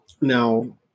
Now